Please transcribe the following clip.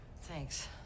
Thanks